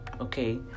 okay